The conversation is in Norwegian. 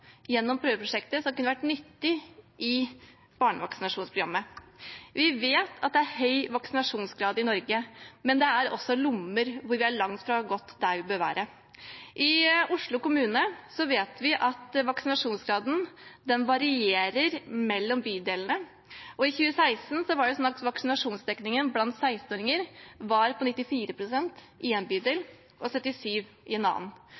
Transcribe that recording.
gjennom prøveprosjektet – som kunne vært nyttig i barnevaksinasjonsprogrammet. Vi vet det er høy vaksinasjonsgrad i Norge, men også lommer hvor vi er langt unna der vi bør være. I Oslo kommune vet vi at vaksinasjonsgraden varierer mellom bydelene. I 2016 var vaksinasjonsdekningen blant 16-åringer på 94 pst. i én bydel og 77 pst. i en annen.